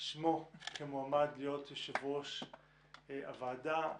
שמו כמועמד להיות יושב-ראש הוועדה.